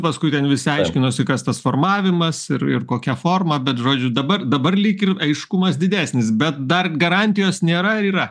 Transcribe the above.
paskui ten visi aiškinosi kas tas formavimas ir ir kokia forma bet žodžiu dabar dabar lyg ir aiškumas didesnis bet dar garantijos nėra ar yra